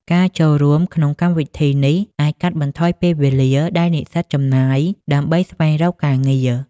ការចូលរួមក្នុងកម្មវិធីនេះអាចកាត់បន្ថយពេលវេលាដែលនិស្សិតចំណាយដើម្បីស្វែងរកការងារ។